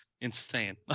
Insane